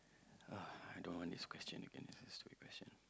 uh I don't want this question again this is a stupid question